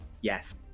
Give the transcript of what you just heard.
Yes